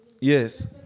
Yes